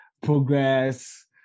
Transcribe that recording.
progress